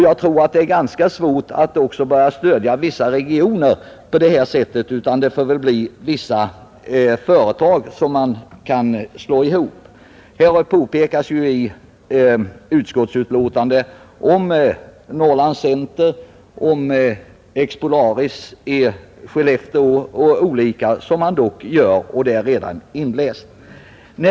Jag tror också det är ganska svårt att börja stödja vissa regioner på det sättet; det får väl i stället bli så att vissa företag slås ihop. I utskottets betänkande talas det i sammanhanget om den utredning som pågår rörande bl.a. Norrlands Center i Stockholm och Expolaris i Skellefteå.